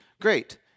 Great